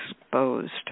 Exposed